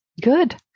good